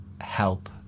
help